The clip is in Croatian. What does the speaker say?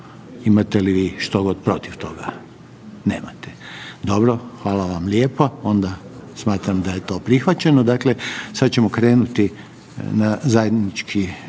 Imate li vi štogod protiv toga? Nemate. Dobro, hvala vam lijepo. Onda smatram da je to prihvaćeno. Dakle, sad ćemo krenuti zajednički